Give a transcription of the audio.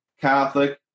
Catholic